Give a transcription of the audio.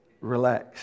relax